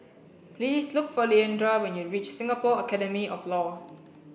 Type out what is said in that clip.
please look for Leandra when you reach Singapore Academy of Law